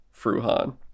Fruhan